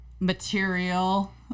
material